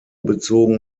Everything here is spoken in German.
bezogen